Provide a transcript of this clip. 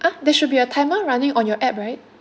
ah there should be a timer running on your app right